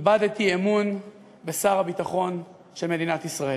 איבדתי אמון בשר הביטחון של מדינת ישראל.